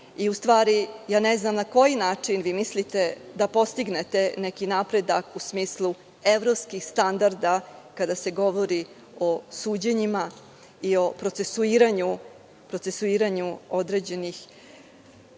i u stvari, ne znam na koji način vi mislite da postignete neki napredak u smislu evropskih standarda, kada se govori o suđenjima i o procesuiranju određenih